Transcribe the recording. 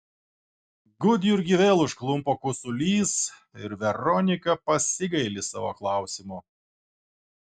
gudjurgį vėl užklumpa kosulys ir veronika pasigaili savo klausimo